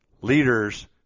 Leaders